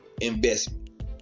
investment